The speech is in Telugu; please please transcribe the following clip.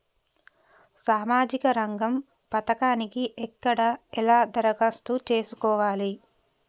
సామాజిక రంగం పథకానికి ఎక్కడ ఎలా దరఖాస్తు చేసుకోవాలి?